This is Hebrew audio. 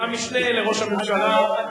ובכן, המשנה לראש הממשלה,